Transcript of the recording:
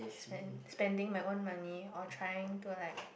spend spending my own money or trying to like